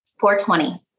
420